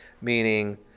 meaning